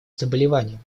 заболеваниями